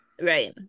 Right